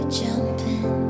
jumping